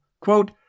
Quote